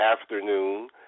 afternoon